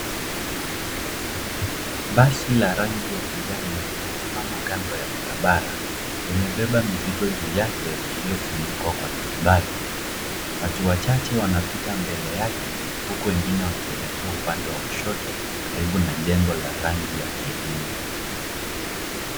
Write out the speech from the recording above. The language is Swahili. Basi la rangi ya kijani limesimama kando ya barabara. Limebeba mizigo juu yake iliyofunikwa kwa turubai. Watu wachache wanapita mbele yake huku wengine wakielekea upande wa kushoto karibu na jengo la rangi ya cream .